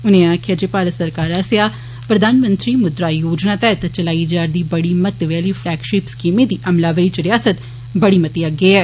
उनें आक्खेआ जे भारत सरकार आस्सेआ प्रधानमंत्री मुद्रा योजना तैहत चलाई जारदी बड़ी महत्वै आली फलैगषिप स्कीमें दी अमलावरी च रियासत बड़ी मती अग्गै ऐ